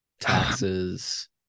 taxes